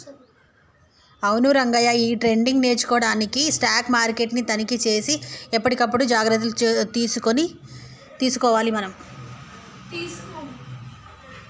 అవును రంగయ్య ఈ ట్రేడింగ్ చేయడానికి స్టాక్ మార్కెట్ ని తనిఖీ సేసి ఎప్పటికప్పుడు జాగ్రత్తలు తీసుకోవాలి మనం